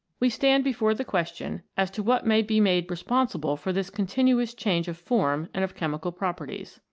we stand before the question as to what may be made responsible for this continuous change of form and of chemical properties.